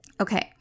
Okay